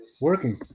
Working